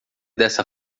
dessa